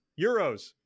Euros